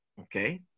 okay